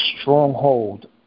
stronghold